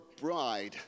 bride